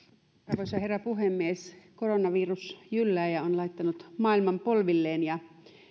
arvoisa herra puhemies koronavirus jyllää ja on laittanut maailman polvilleen ja